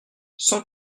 cent